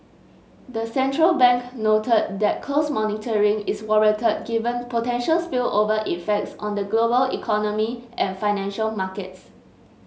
the central bank noted that close monitoring is warranted given potential spillover effects on the global economy and financial markets